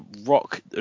Rock